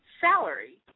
salary